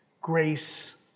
grace